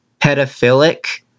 pedophilic